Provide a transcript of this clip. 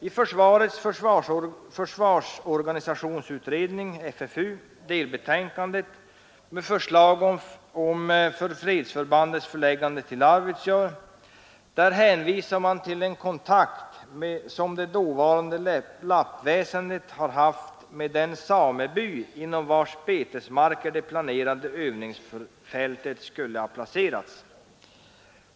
I försvarets fredsorganisationsutrednings, FFU:s, delbetänkande med förslag till fredsförbandets förläggande till Arvidsjaur hänvisas till en kontakt som det dåvarande lappväsendet haft med den sameby inom vars betesmarker det planerade övningsfältet skulle placeras.